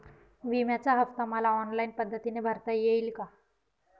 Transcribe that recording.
विम्याचा हफ्ता मला ऑनलाईन पद्धतीने भरता येईल का?